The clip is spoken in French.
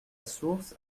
source